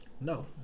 No